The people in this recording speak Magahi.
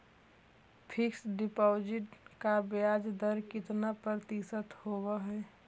फिक्स डिपॉजिट का ब्याज दर कितना प्रतिशत होब है?